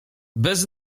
bez